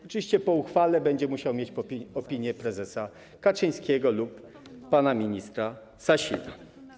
Oczywiście po uchwale będzie musiał mieć opinie prezesa Kaczyńskiego lub pana ministra Sasina.